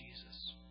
Jesus